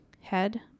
Head